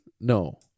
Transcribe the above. No